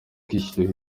kwishyura